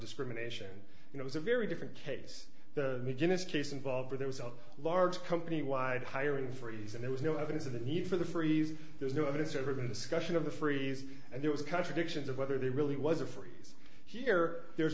discrimination and it was a very different case the begin its case involved for there was a large company wide hiring freeze and there was no evidence of the need for the freeze there's no evidence ever been discussion of the freeze and there was contradictions of whether there really was a freeze here there's